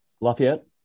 Lafayette